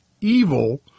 evil